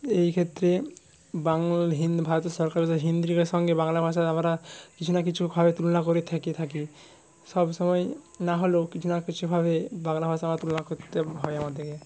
এই ক্ষেত্রে বাংলা হিন্দি ভারতের সরকারি ভাষা হিন্দি সঙ্গে বাংলা ভাষার আমরা কিছু না কিছুভাবে তুলনা করে থেকে থাকি সবসময় না হলেও কিছু না কিছুভাবে বাংলা ভাষা তুলনা করতে হয় আমাদেরকে